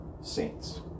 saints